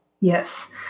Yes